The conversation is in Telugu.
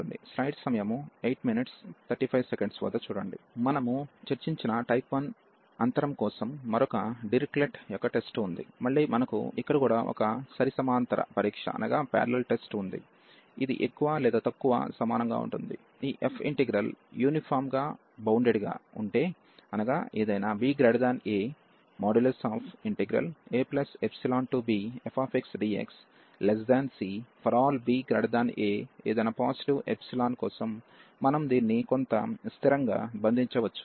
మనము చర్చించిన టైప్ 1 ఇంటర్వెల్ కోసం మరొక డిరిచ్లెట్ యొక్క టెస్ట్ ఉంది మళ్ళీ మనకు ఇక్కడ కూడా ఒక సరిసమాంతర పరీక్ష ఉంది ఇది ఎక్కువ లేదా తక్కువ సమానంగా ఉంటుంది ఈ f ఇంటిగ్రల్ యూనిఫామ్గా బౌండెడ్గా ఉంటే అనగా ఏదైనా ba abfxdxC∀baఏదైనా పాజిటివ్ ఎప్సిలాన్ కోసం మనం దీన్ని కొంత స్థిరంగా బంధించవచ్చు